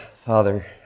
Father